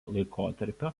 laikotarpio